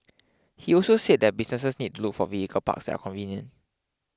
he also said that businesses need to look for vehicle parks that are convenient